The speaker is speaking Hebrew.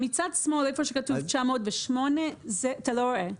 מצד שמאל, איפה שכתוב 908. אתה לא רואה.